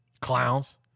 Clowns